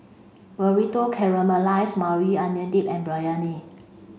Burrito Caramelized Maui Onion Dip and Biryani